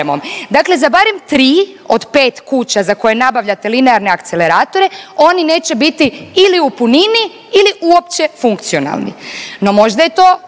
Dakle, za barem tri od pet kuća za koje nabavljate linearne akceleratore oni neće biti ili u punini ili uopće funkcionalni. No možda je to